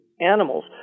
animals